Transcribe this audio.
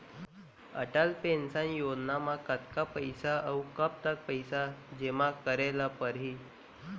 Atal pension योजना म कतका पइसा, अऊ कब तक पइसा जेमा करे ल परही?